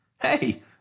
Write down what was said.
Hey